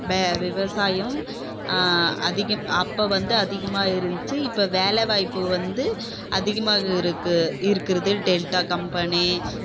பே விவசாயம் அதிகம் அப்போ வந்து அதிகமாக இருந்துச்சி இப்போ வேலை வாய்ப்பு வந்து அதிகமாக இருக்குது இருக்கிறது டெல்டா கம்பெனி